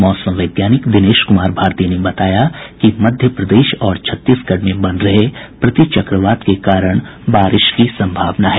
मौसम वैज्ञानिक दिनेश कुमार भारती ने बताया कि मध्य प्रदेश और छत्तीसगढ़ में बन रहे प्रतिचक्रवात के कारण बारिश की संभावना है